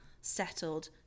settled